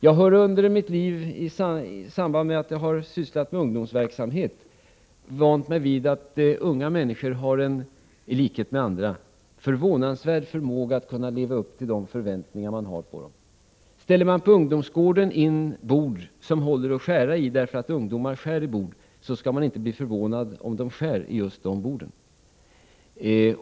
Jag har tidigare i samband med att jag har sysslat med ungdomsverksamhet vant mig vid att unga människor har — i likhet med andra — en förvånansvärd förmåga att kunna leva upp till de förväntningar som ställs på dem. Ställer man på ungdomsgården in bord som håller att skära i, därför att ungdomar skär i bord, skall man inte bli förvånad om de skär i just de borden.